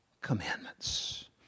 commandments